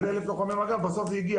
איזה 1000 לוחמי מג"ב?" בסוף זה הגיע.